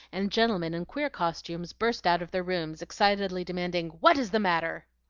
and gentlemen in queer costumes burst out of their rooms, excitedly demanding, what is the matter?